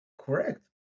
Correct